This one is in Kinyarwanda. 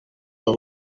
aba